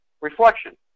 reflection